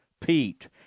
Pete